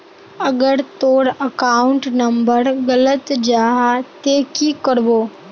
अगर तोर account number गलत जाहा ते की करबो?